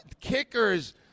kickers